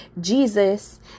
Jesus